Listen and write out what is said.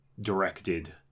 directed